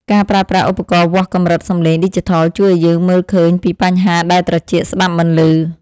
ការប្រើប្រាស់ឧបករណ៍វាស់កម្រិតសំឡេងឌីជីថលជួយឱ្យយើងមើលឃើញពីបញ្ហាដែលត្រចៀកស្ដាប់មិនឮ។